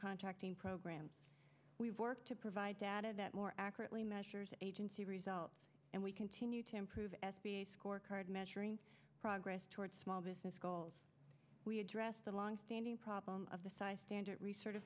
contracting program we work to provide data that more accurately measures agency results and we continue to improve s b a scorecard measuring progress toward small business goals we address the long standing problem of the size standard